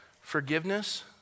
Forgiveness